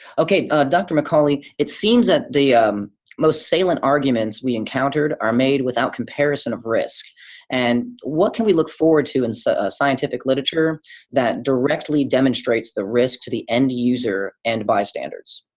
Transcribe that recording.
okay. dr. mcauley, it seems that the most salient arguments we encountered are made without comparison of risk and what can we look forward to in scientific literature that directly demonstrates the risk to the end-user and bystanders?